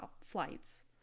flights